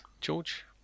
George